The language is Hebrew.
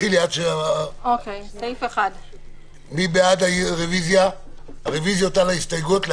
רוויזיה לסעיף 1. מי בעד הרוויזיות על ההסתייגויות?